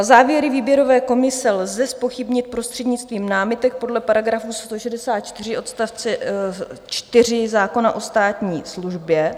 Závěry výběrové komise lze zpochybnit prostřednictvím námitek podle § 164 odst. 4 zákona o státní službě.